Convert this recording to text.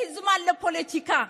יש זמן לפוליטיקה,